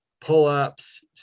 pull-ups